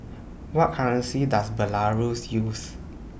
What currency Does Belarus use